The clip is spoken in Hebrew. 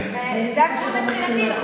זה הגבול מבחינתי.